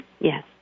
Yes